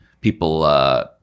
people –